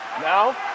now